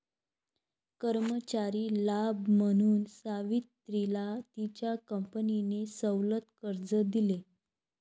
कर्मचारी लाभ म्हणून सावित्रीला तिच्या कंपनीने सवलत कर्ज दिले